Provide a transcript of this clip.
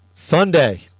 Sunday